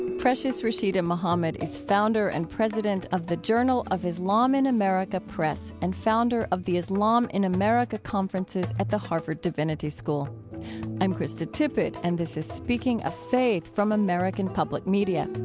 precious rasheeda muhammad is founder and president of the journal of islam in america press and founder of the islam in america conferences at the harvard divinity school i'm krista tippett, and this is speaking of faith from american public media.